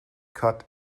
cut